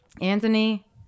Anthony